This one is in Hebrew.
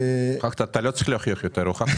אתה לא צריך להוכיח שוב.